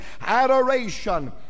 adoration